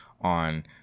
on